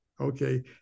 okay